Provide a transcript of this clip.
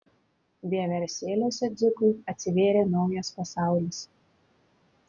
vieversėliuose dzikui atsivėrė naujas pasaulis